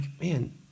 man